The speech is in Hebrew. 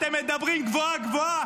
אתם מדברים גבוהה-גבוהה,